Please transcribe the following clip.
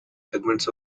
segments